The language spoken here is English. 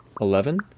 Eleven